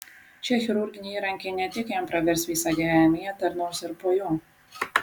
šie chirurginiai įrankiai ne tik jam pravers visą gyvenimą jie tarnaus ir po jo